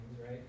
right